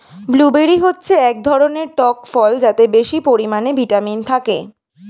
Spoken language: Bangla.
ব্লুবেরি হচ্ছে এক ধরনের টক ফল যাতে বেশি পরিমাণে ভিটামিন থাকে